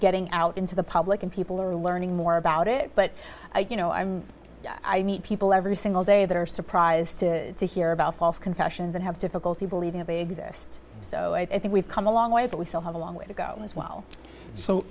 getting out into the public and people are learning more about it but you know i'm i meet people every single day that are surprised to hear about false confessions and have difficulty believing that they exist so i think we've come a long way but we still have a long way to go as well so